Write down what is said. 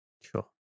Sure